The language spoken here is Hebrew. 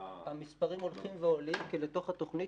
המספרים הולכים ועולים כי לתוך התוכנית